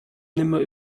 nimmer